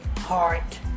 heart